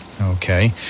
okay